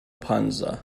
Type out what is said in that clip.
panza